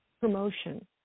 promotion